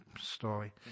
story